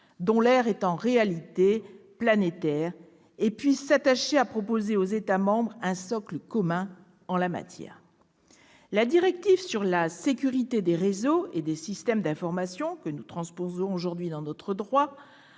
dont l'aire est en réalité planétaire, et qu'elle puisse s'attacher à proposer un socle commun aux États membres. La directive sur la sécurité des réseaux et des systèmes d'information, que nous transposons aujourd'hui dans notre droit,